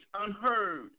unheard